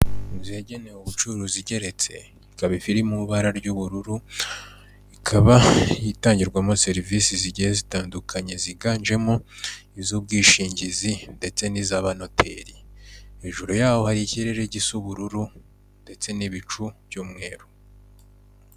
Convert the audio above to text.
Inzu yagenewe ubucuruzi igeretse ikabafi iri mu ibara ry'ubururu, ikaba itangirwamo serivisi zigiye zitandukanye ziganjemo iz'ubwishingizi ndetse n'iz'abanoteri, hejuru yaho hari ikirere gisa ubururu ndetse n'ibicu by'umweru.